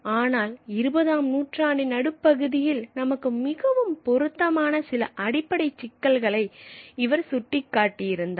ஆனால் இருபதாம் நூற்றாண்டின் நடுப்பகுதியில் நமக்கு மிகவும் பொருத்தமான சில அடிப்படை சிக்கல்களை இவர் சுட்டிக்காட்டியிருந்தார்